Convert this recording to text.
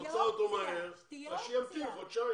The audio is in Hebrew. את רוצה אותו כאן מהר, אז שימתין חודשיים.